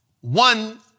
One